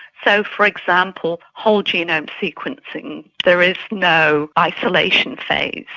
so, for example, whole genome sequencing, there is no isolation phase.